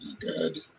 Good